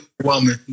overwhelming